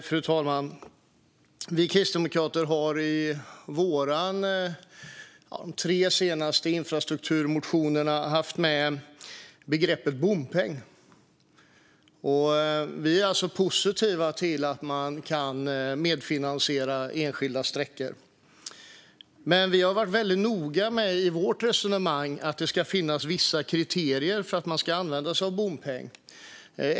Fru talman! Vi kristdemokrater har i våra tre senaste infrastrukturmotioner haft med begreppet bompeng. Vi är alltså positiva till att man kan medfinansiera enskilda sträckor. Men vi har i vårt resonemang varit väldigt noga med att det ska finnas vissa kriterier för att man ska kunna använda sig av bompeng.